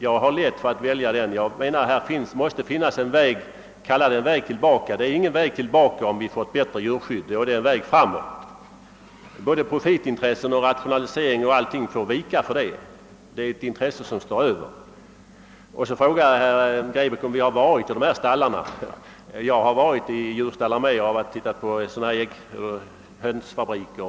Jag har lätt för att välja, ty jag anser att det måste finnas en väg — kalla det gärna en väg tillbaka. Men det är väl ingen väg tillbaka om vi får ett bättre djurskydd. Då är det en väg framåt. Såväl profitintresset som rationaliseringen och annat får vika för detta, ty det är ett intresse som står över det hela. Sedan frågar herr Grebäck om jag har varit i dessa stallar. Ja, jag har varit i djurstallar, och jag har varit och tittat på hönsfabriker.